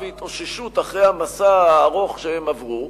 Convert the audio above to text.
והתאוששות אחרי המסע הארוך שהם עברו,